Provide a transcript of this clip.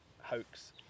hoax